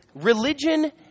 religion